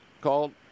called